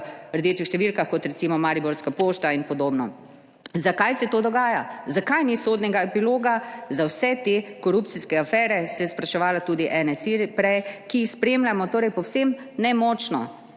v rdečih številkah, kot recimo Mariborska pošta, ipd. Zakaj se to dogaja? Zakaj ni sodnega epiloga za vse te korupcijske afere, se je spraševala tudi NSi prej, ki jih spremljamo torej povsem nemočno